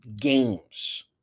games